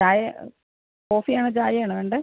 ചായ കോഫിയാണോ ചായയാണോ വേണ്ടത്